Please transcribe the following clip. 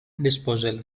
disposal